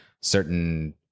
certain